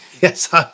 Yes